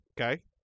Okay